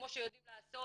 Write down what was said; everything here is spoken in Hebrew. כמו שיודעים לעשות,